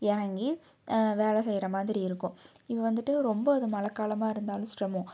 இறங்கி வேலை செய்கிற மாதிரி இருக்கும் இப்போ வந்துட்டு ரொம்ப அது மழை காலமாக இருந்தாலும் சிரமோம்